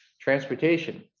transportation